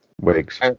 wigs